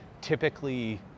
typically